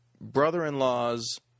brother-in-law's